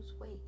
weight